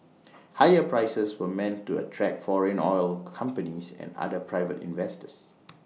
higher prices were meant to attract foreign oil companies and other private investors